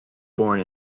born